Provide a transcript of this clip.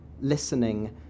listening